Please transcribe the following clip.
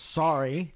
sorry